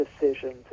Decisions